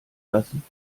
lassen